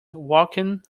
walking